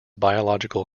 biological